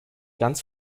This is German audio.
ganz